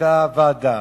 היתה ועדה